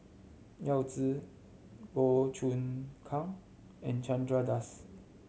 Yao Zi Goh Choon Kang and Chandra Das